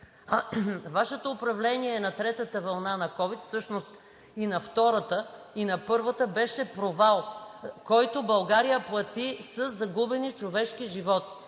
Вашето управление на третата вълна на ковид, всъщност и на втората, и на първата, беше провал, който България плати със загубени човешки животи.